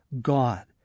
God